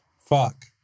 Fuck